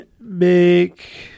Make